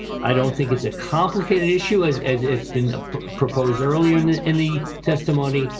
i don't think it's a complicated issue as as it's been ah proposed earlier and in the testimony.